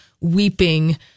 weeping